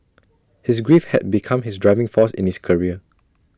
his grief had become his driving force in his career